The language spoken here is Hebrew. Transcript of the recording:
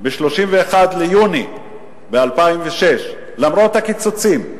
ב-31 ביוני 2006, למרות הקיצוצים,